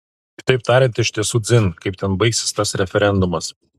kitaip tariant iš tiesų dzin kaip ten baigsis tas referendumas